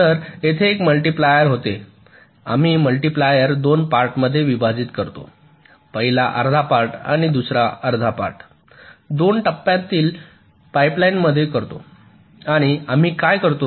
तर तेथे एक मल्टिप्ल्यार होते आम्ही मल्टिप्ल्यार 2 पार्ट मध्ये विभाजित करतो पहिला अर्धा पार्ट आणि दुसरा अर्धा पार्ट 2 टप्प्यातील पाइपलाइनमध्ये करतो आणि आम्ही काय करतो